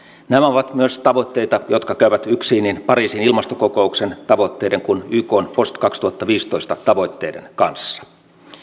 nämä ovat myös tavoitteita jotka käyvät yksiin niin pariisin ilmastokokouksen tavoitteiden kuin ykn post kaksituhattaviisitoista tavoitteiden kanssa